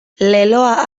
leloa